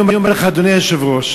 אני אומר לך, אדוני היושב-ראש,